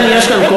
יש פה